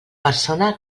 persona